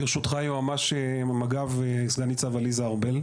ברשותך, יועמ"ש ממג"ב סגן ניצב עליזה ארבל.